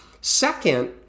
Second